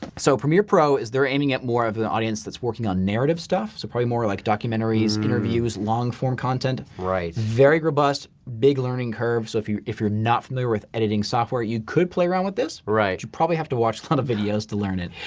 so premiere pro is there aiming at more of the audience that's working on narrative stuff, so probably more like documentaries, interviews, long-form content. very robust, big learning curve so if you're if you're not familiar with editing software you could play around with this, you probably have to watch ton of videos to learn it.